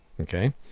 Okay